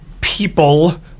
people